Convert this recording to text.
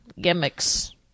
gimmicks